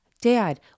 Dad